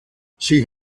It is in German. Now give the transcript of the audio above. sie